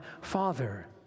Father